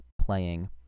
playing